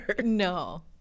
No